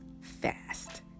fast